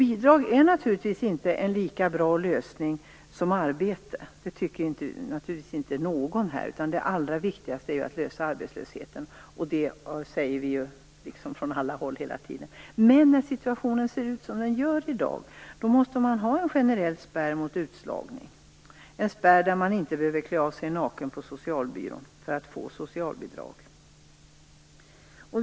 Bidrag är naturligtvis inte en lika bra lösning som arbete. Det tycker naturligtvis inte någon här. Det allra viktigaste är ju att lösa arbetslösheten, vilket ju sägs från alla håll hela tiden. Men när situationen ser ut som den gör i dag måste det finnas en generell spärr mot utslagning - en spärr som gör att man inte behöver "klä av sig naken" på socialbyrån för att få socialbidrag.